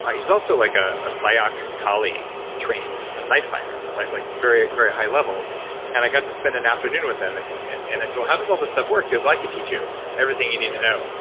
he's also like a ah sayoc kali trained ah knife fighter, like like very very high level and i got to spend an afternoon with him and and and i said, well, how does all this stuff work? he goes, i could teach you everything you need to know.